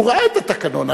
הוא ראה את התקנון.